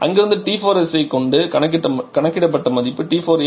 அங்கிருந்து T4s ஐ கொண்டு கணக்கிடப்பட்ட மதிப்பு T4s 248